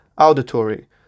Auditory